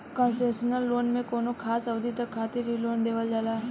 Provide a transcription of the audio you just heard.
concessional loan में कौनो खास अवधि तक खातिर ही लोन देवल जाला